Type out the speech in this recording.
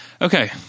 okay